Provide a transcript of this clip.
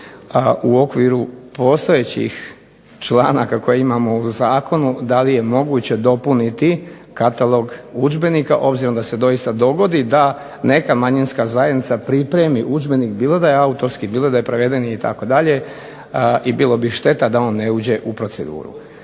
u okviru postojećih članaka koje imamo u zakonu, da li je moguće dopuniti katalog udžbenika, obzirom da se doista dogodi da neka manjinska zajednica pripremi udžbenik, bilo da je autorski, bilo da je prevedeni itd., i bilo bi šteta da on ne uđe u proceduru.